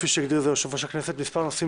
כפי שהגדיר את זה יושב-ראש הכנסת; מספר נושאים